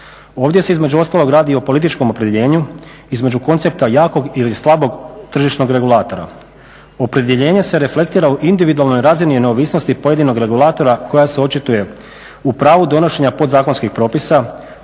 Ovdje se između ostalog radi i o političkom opredjeljenju između koncepta jakog ili slabog tržišnog regulatora. Opredjeljenje se reflektira u individualnoj razini neovisnosti pojedinog regulatora koja se očituje u pravu donošenja podzakonskih propisa,